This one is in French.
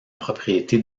propriété